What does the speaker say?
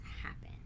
happen